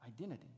Identity